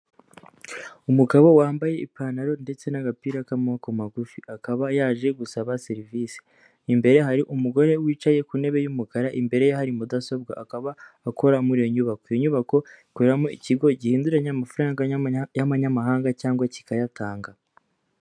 Umugabo wambaye ipantaro ndetse n'agapira k'amaboko magufi akaba yaje gusaba serivise, imbere hari umugore wicaye ku ntebe y'umukara imbere hari mudasobwa akaba akora muri iyo nyubako, iyo nyubako ikoreramo ikigo gihinduranya amafaranga y'amanyamahanga cyangwa kikayatanga.